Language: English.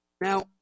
Now